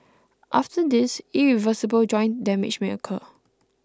after this irreversible joint damage may occur